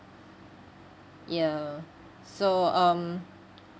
ya so um